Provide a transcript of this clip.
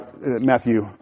Matthew